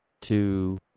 two